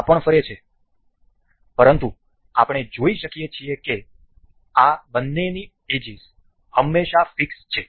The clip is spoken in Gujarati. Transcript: આ પણ ફરે છે પરંતુ આપણે જોઈ શકીએ છીએ કે આ બંનેની એજીસ હંમેશા ફિક્સ છે